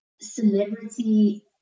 celebrity